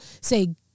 say